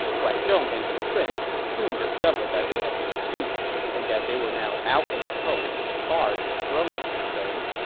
guan zhong and his prince soon discovered that they had been duped and that they were now out in the cold as far as the throne was concerned.